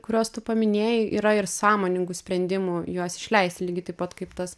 kuriuos tu paminėjai yra ir sąmoningų sprendimų juos išleist lygiai taip pat kaip tas